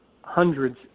hundreds